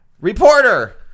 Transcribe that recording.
Reporter